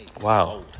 Wow